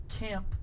camp